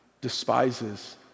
despises